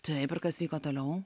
taip ir kas vyko toliau